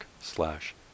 slash